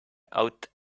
out